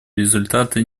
результаты